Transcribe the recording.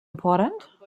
important